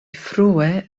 frue